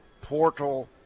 portal